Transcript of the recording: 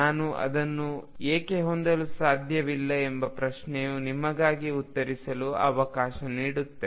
ನಾನು ಅದನ್ನು ಏಕೆ ಹೊಂದಲು ಸಾಧ್ಯವಿಲ್ಲ ಎಂಬ ಪ್ರಶ್ನೆಯು ನಿಮಗಾಗಿ ಉತ್ತರಿಸಲು ಅವಕಾಶ ನೀಡುತ್ತದೆ